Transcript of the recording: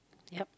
yep